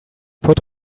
put